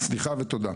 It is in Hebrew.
סליחה ותודה.